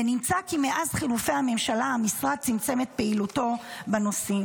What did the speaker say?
ונמצא כי מאז חילופי הממשלה המשרד צמצם את פעילותו בנושאים.